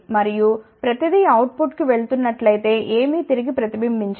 మరియు ప్రతి దీ అవుట్ పుట్ కు వెళుతున్నట్లయితే ఏమీ తిరిగి ప్రతిబింబించదు